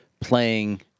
playing